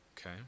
Okay